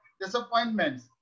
disappointments